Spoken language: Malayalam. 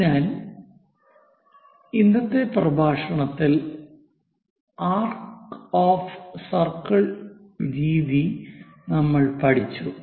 അതിനാൽ ഇന്നത്തെ പ്രഭാഷണത്തിൽ ആർക്ക് ഓഫ് സർക്കിൾ രീതി നമ്മൾ പഠിച്ചു